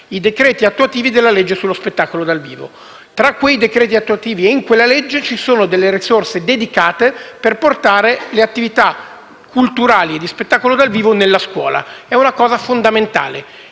i decreti attuativi della legge sullo spettacolo dal vivo. Tra quei decreti attuativi e in quella legge ci sono risorse dedicate per portare le attività culturali e lo spettacolo dal vivo nella scuola. È una cosa fondamentale.